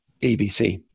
ABC